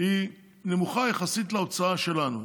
נמוכה יחסית להוצאה שלנו.